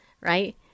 right